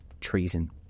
Treason